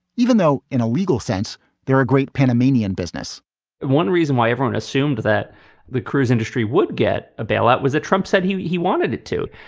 even though in a legal sense there are great panamanian business one reason why everyone assumed that the cruise industry would get a bailout was that trump said he he wanted it to.